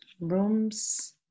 rooms